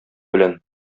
белән